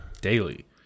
Daily